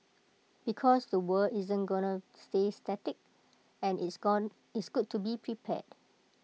because the world isn't gonna stay static and it's gone is good to be prepared